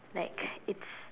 like it's